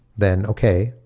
then okay.